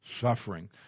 suffering